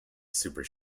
super